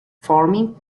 forming